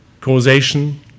causation